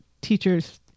teachers